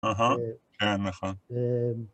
אהה, כן נכון.